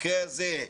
במקרה הזה,